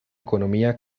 economía